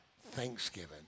thanksgiving